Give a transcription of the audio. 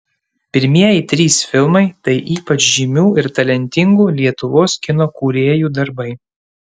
pirmieji trys filmai tai ypač žymių ir talentingų lietuvos kino kūrėjų darbai